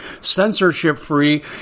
censorship-free